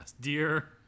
Dear